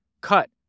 cut